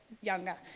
Younger